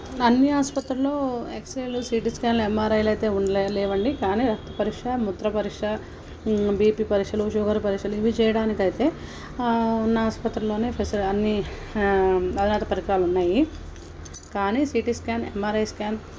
అన్నీఆస్పత్రులలో ఎక్స్రేలు సీటీ స్కాన్లు ఎమ్ఆర్ఐలు అయితే ఉండలేము లేవండి కానీ రక్త పరీక్ష మూత్ర పరీక్ష బీపీ పరీక్షలు షుగర్ పరీక్షలు ఇవి చేయడానికైతే ఉన్న ఆస్పత్రిలోనే ఫెసిలిటీ అన్నీ అధునాత పరికరాలు ఉన్నాయి కానీ సీటీ స్కాన్ ఎమ్ఆర్ఐ స్కాన్